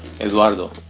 Eduardo